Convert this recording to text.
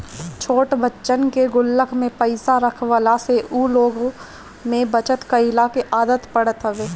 छोट बच्चन के गुल्लक में पईसा रखवला से उ लोग में बचत कइला के आदत पड़त हवे